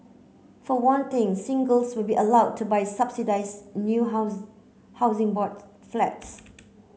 for one thing singles will be allowed to buy subsidised new house Housing Board Flats